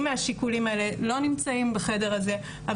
מהשיקולים האלה לא נמצאים בחדר הזה,